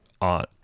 on